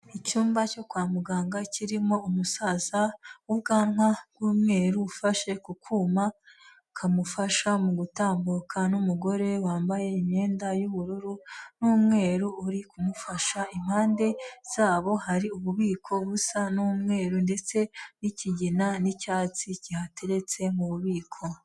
Icyumba cyo kwa muganga kirimo umusaza w'ubwanwa bw'umweru ufashe ku kuma kamufasha mu gutambuka, n'umugore wambaye imyenda y'ubururu n'umweru uri kumufasha, impande zabo hari ububiko busa n'umweru ndetse n'ikigina, n'icyatsi cyihateretse mu bubiko.